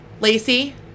Lacey